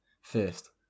First